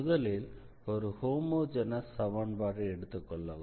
முதலில் ஒரு ஹோமொஜெனஸ் சமன்பாட்டை எடுத்துக்கொள்ளலாம்